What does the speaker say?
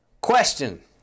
Question